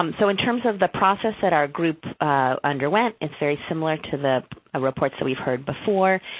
um so, in terms of the process that our group underwent, it's very similar to the ah reports that we've heard before,